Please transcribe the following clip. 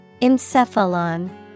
Encephalon